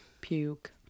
Puke